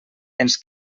ens